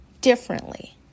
differently